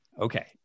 Okay